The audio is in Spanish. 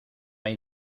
hay